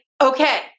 okay